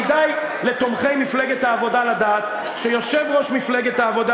כדאי לתומכי מפלגת העבודה לדעת שיושב-ראש מפלגת העבודה,